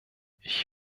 ich